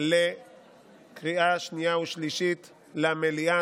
לקריאה שנייה ושלישית למליאה.